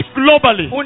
globally